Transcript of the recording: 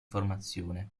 formazione